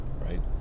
right